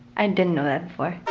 i didn't know that before.